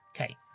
Okay